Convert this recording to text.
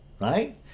right